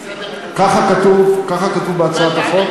בסדר, ככה כתוב בהצעת החוק.